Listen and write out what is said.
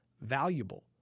valuable